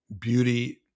beauty